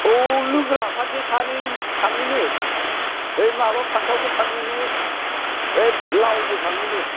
औ लोगो लाफानसै सानै थाङोनो ऐ माबा फानथावबो थाङोनो बे लावबो थाङोनो